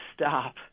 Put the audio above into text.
stop